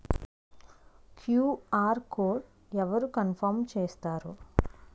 QR code అవరు confirm చేస్తారు?